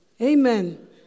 Amen